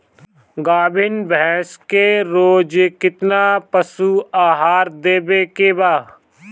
गाभीन भैंस के रोज कितना पशु आहार देवे के बा?